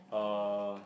uh